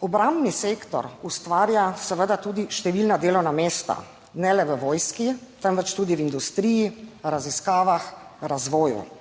Obrambni sektor ustvarja seveda tudi številna delovna mesta, ne le v vojski temveč tudi v industriji, raziskavah, razvoju.